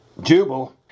Jubal